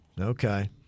Okay